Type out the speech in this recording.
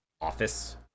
office